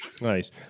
Nice